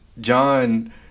John